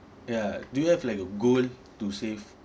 ya do you have like a goal to save